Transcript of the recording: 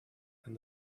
and